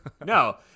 No